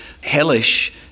hellish